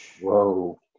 whoa